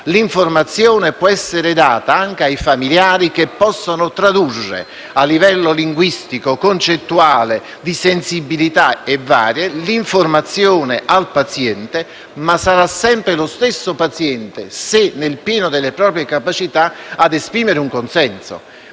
l'informazione può essere data anche ai familiari che possano tradurla - a livello linguistico, concettuale, di sensibilità e varie - al paziente, ma sarà sempre lo stesso paziente, se nel pieno delle proprie capacità, a esprimere un consenso.